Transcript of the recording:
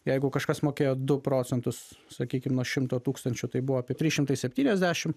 jeigu kažkas mokėjo du procentus sakykim nuo šimto tūkstančių tai buvo apie trys šimtai septyniasdešimt